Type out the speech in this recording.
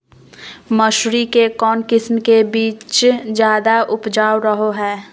मसूरी के कौन किस्म के बीच ज्यादा उपजाऊ रहो हय?